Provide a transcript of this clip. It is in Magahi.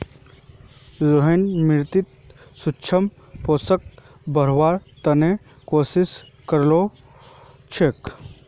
रोहिणी मृदात सूक्ष्म पोषकक बढ़व्वार त न कोशिश क र छेक